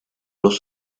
los